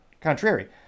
contrary